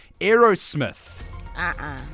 Aerosmith